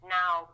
now